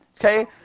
Okay